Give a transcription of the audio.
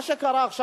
מה שקרה עכשיו,